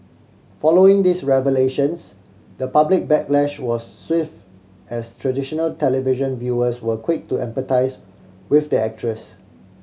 following these revelations the public backlash was swift as traditional television viewers were quick to empathise with the actress